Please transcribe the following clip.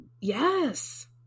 yes